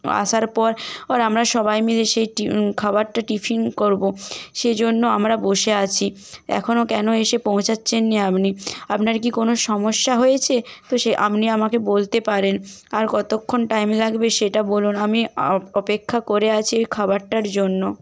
আসার পর আমরা সবাই মিলে সেইটি খাবারটা টিফিন করব সেই জন্য আমরা বসে আছি এখনও কেন এসে পৌঁছাচ্ছেন না আপনি আপনার কি কোনো সমস্যা হয়েছে তো সে আপনি আমাকে বলতে পারেন আর কতক্ষণ টাইম লাগবে সেটা বলুন আমি অপেক্ষা করে আছি ওই খাবারটার জন্য